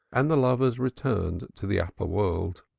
and the lovers returned to the upper world.